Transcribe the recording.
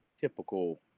typical